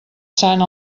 sant